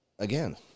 Again